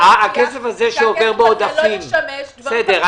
שהכסף הזה לא ישמש לדברים אחרים.